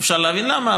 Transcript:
אפשר להבין למה,